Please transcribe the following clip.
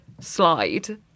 slide